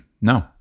no